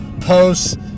posts